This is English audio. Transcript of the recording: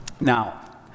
Now